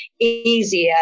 easier